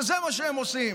שזה מה שהם עושים,